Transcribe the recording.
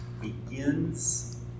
begins